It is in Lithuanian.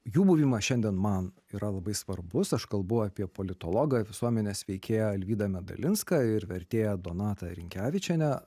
jų buvimas šiandien man yra labai svarbus aš kalbu apie politologą visuomenės veikėjų alvydą medalinską ir vertėją donatą rinkevičienę